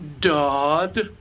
Dodd